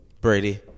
Brady